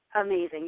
amazing